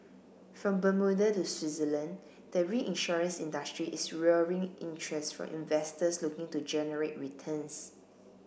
from Bermuda to Switzerland the reinsurance industry is luring interest from investors looking to generate returns